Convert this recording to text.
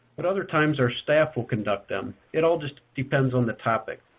but other times our staff will conduct them. it all just depends on the topic.